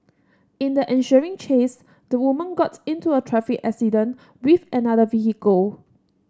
in the ensuing chase the woman got into a traffic accident with another vehicle